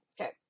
Okay